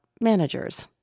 managers